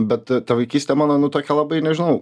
bet ta vaikystė mano nu tokia labai nežinau